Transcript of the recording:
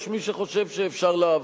יש מי שחושב שאפשר לעבור.